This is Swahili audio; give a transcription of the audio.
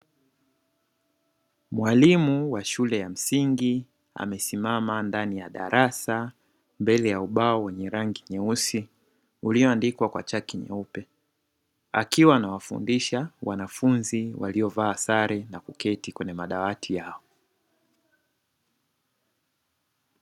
Mwalimu wa shule ya msingi amesimama ndani ya darasa mbele ya ubao wenye rangi nyeusi uliyoandikwa kwa chaki nyeupe, akiwa anawafundisha wanafunzi waliovaa sare na kuketi kwenye madawati yao.